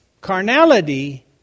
Carnality